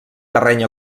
terreny